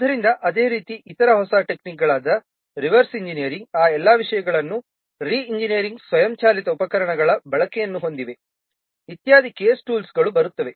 ಆದ್ದರಿಂದ ಅದೇ ರೀತಿಯ ಇತರ ಹೊಸ ಟೆಕ್ನಿಕ್ಗಳಾದ ರಿವರ್ಸ್ ಇಂಜಿನಿಯರಿಂಗ್ ಆ ಎಲ್ಲಾ ವಿಷಯಗಳನ್ನು ರಿಇಂಜಿನಿಯರಿಂಗ್ ಸ್ವಯಂಚಾಲಿತ ಉಪಕರಣಗಳ ಬಳಕೆಯನ್ನು ಹೊಂದಿವೆ ಇತ್ಯಾದಿ ಕೇಸ್ ಟೂಲ್ಸ್ಗಳು ಬರುತ್ತವೆ